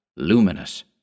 luminous